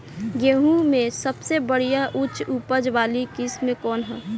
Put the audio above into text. गेहूं में सबसे बढ़िया उच्च उपज वाली किस्म कौन ह?